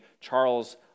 Charles